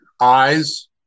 eyes